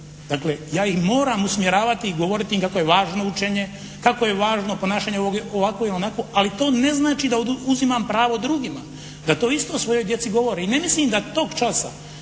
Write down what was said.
dakle ja ih moram usmjeravati i govoriti im kako je važno učenje, kako je važno ponašanje ovakvo ili onakvo, ali to ne znači da uzimam pravo drugima da to isto svojoj djeci govorim i ne mislim da tog časa